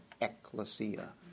ecclesia